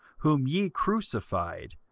whom ye crucified,